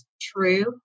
True